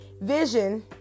vision